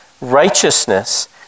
righteousness